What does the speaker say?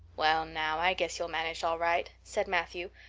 well now, i guess you'll manage all right, said matthew,